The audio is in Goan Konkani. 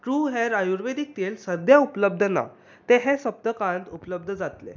ट्रू हेयर आयुर्वेदिक तेल सद्या उपलब्ध ना तें हे सप्तकांत उपलब्ध जातलें